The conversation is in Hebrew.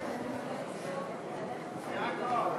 הטכנולוגיה והחלל,